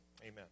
Amen